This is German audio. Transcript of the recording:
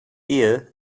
ehe